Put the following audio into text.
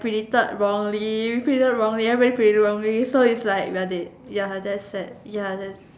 predicted wrongly predicted wrongly everybody predicted wrongly so its like we're dead ya that's sad ya thats